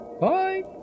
Bye